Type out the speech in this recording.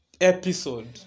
episode